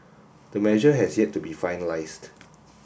the measure has yet to be finalised